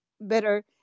better